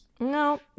No